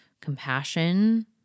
compassion